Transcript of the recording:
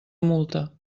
multa